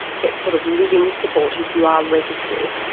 get sort of living support if you are registered,